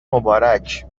مبارک